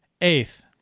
Eighth